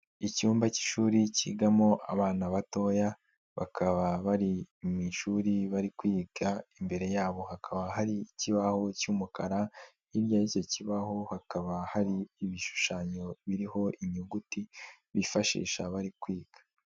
Icyumba cy'ishuri kigamo abana batoya, bakaba bari mu ishuri bari kwiga, imbere yabo hakaba hari ikibaho cy'umukara, hirya y'icyo kibaho hakaba hari ibishushanyo biriho inyuguti bifashisha bari kwiga.